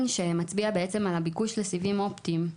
שמצביע בעצם על הביקוש לסיבים אופטיים.